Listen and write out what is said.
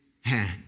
hand